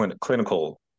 clinical